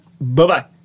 Bye-bye